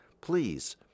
Please